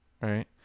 Right